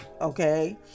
Okay